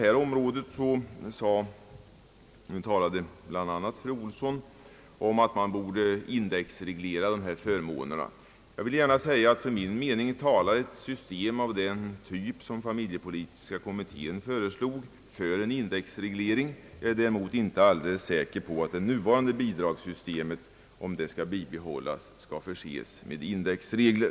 Fru Olsson sade vidare bl.a. att man borde indexreglera dessa förmåner. Jag vill gärna säga att enligt min mening talar ett system av den typ som familjepolitiska kommittén föreslog för en indexreglering. Däremot är jag inte alldeles säker på att det nuvarande bidragssystemet, om det skall bibehållas, bör förses med indexregler.